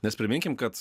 nes priminkim kad